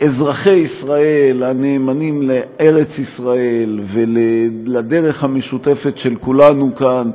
אזרחי ישראל הנאמנים לארץ ישראל ולדרך המשותפת של כולנו כאן.